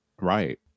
Right